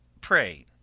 pray